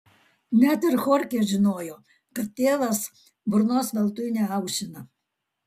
net ir chorchė žinojo kad tėvas burnos veltui neaušina